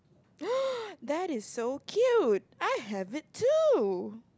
that is so cute I have it too